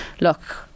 look